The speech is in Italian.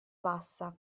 bassa